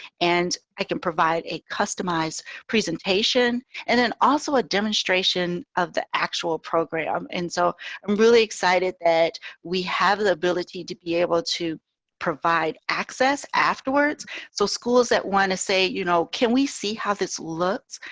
and i can provide a customized presentation and then also a demonstration of the actual program. and so i'm really excited that we have the ability to be able to provide access afterwards so schools that want to say, you know, can we see how this looks.